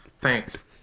thanks